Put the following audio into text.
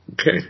okay